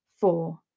Four